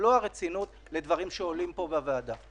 במלוא הרצינות לדברים שעולים פה בוועדה.